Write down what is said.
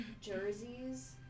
jerseys